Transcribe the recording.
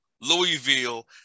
Louisville